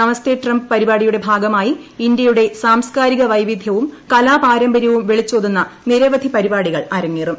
നമസ്തേ Trump പരിപാടിയുടെ ഭാഗമായി ഇന്ത്യയുടെ സാംസ്കാരിക വൈവിധ്യവും കലാപാരമ്പര്യവും വിളിച്ചോതുന്ന നിരവധി പരിപാടികൾ അരങ്ങേറും